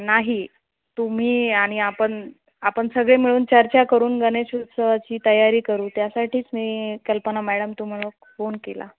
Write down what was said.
नाही तुम्ही आणि आपण आपण सगळे मिळून चर्चा करून गणेश उत्सवाची तयारी करू त्यासाठीच मी कल्पना मॅडम तुम्हाला फोन केला